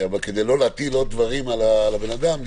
כדי לא להטיל עוד דברים על האדם,